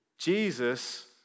Jesus